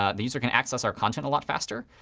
ah the user can access our content a lot faster,